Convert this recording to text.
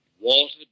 Walter